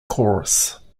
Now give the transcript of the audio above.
chorus